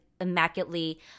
immaculately